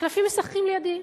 הקלפים משחקים לידי,